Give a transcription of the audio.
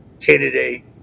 candidate